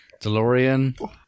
DeLorean